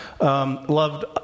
loved